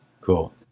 Cool